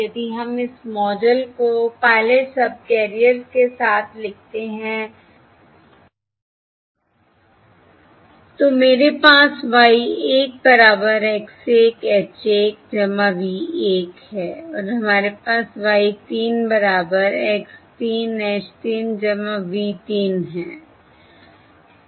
यदि हम इस मॉडल को पायलट सबकैरियर्स के साथ लिखते हैं तो मेरे पास Y 1 बराबर X 1 H 1 V 1 है और हमारे पास Y 3 बराबर X 3 H 3 V 3 है